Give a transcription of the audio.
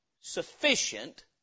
sufficient